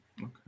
Okay